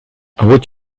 would